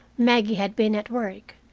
maggie had been at work.